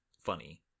funny